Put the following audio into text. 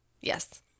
yes